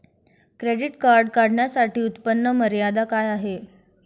Credit card काढण्यासाठी उत्पन्न मर्यादा काय आहे?